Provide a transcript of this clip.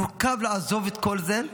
מורכב לעזוב את כל זה,